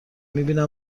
میبینیم